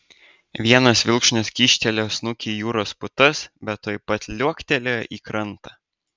vienas vilkšunis kyštelėjo snukį į jūros putas bet tuoj pat liuoktelėjo į krantą